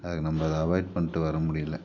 அதுக்கு நம்ப அதை அவாய்ட் பண்ணிட்டு வர முடியிலை